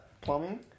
Plumbing